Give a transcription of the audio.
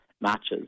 matches